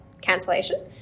cancellation